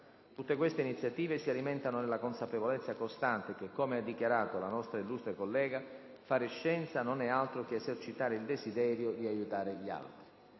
Tutte queste iniziative si alimentano nella consapevolezza costante che, come ha dichiarato la nostra illustre collega, fare scienza non è altro che esercitare il desiderio di aiutare gli altri.